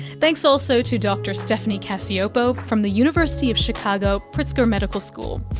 thanks also to dr stephanie cacioppo from the university of chicago pritzker medical school,